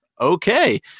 okay